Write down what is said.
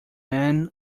man